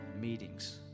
meetings